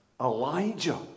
Elijah